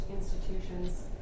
institutions